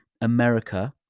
America